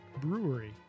brewery